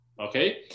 okay